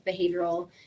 behavioral